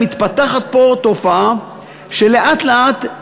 מתפתחת פה תופעה שלאט-לאט,